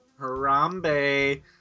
Harambe